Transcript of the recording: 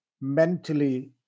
mentally